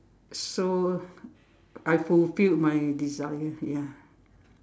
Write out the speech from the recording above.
so I fulfilled my desire ya